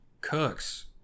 Cooks